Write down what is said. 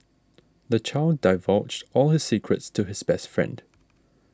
the child divulged all his secrets to his best friend